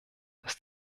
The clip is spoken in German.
dass